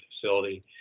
facility